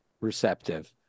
receptive